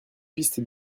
pistes